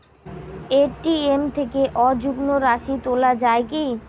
ATM থেকে অযুগ্ম রাশি তোলা য়ায় কি?